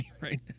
right